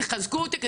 תחזקו אותי,